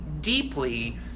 deeply